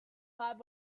lab